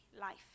life